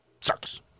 sucks